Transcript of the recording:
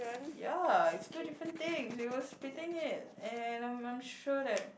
ya it's two different thing you were splitting it and I I'm I'm sure that